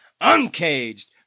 uncaged